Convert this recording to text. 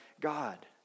God